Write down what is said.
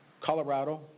Colorado